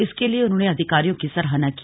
इसके लिए उन्होंने अधिकारियों की सराहना की